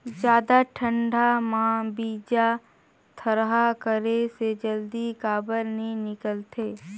जादा ठंडा म बीजा थरहा करे से जल्दी काबर नी निकलथे?